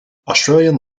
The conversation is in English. australian